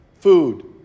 food